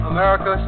America